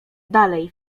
dalej